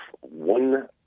one